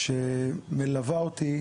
שמלווה אותי